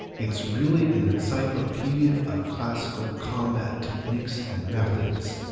it's really an encyclopedia of classical combat techniques and methods.